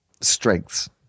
strengths